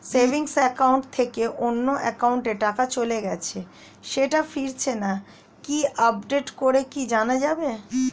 Savings account থেকে অন্য একাউন্টে টাকা চলে গেছে সেটা ফিরেছে কিনা আপডেট করে কি জানা যাবে?